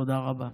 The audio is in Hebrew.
תודה רבה.